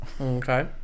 Okay